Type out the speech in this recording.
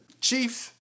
Chiefs